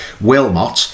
Wilmot